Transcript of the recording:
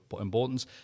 importance